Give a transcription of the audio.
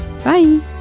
Bye